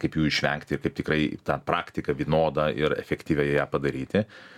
kaip jų išvengti ir kaip tikrai ta praktika vienoda ir efektyviai ją padaryti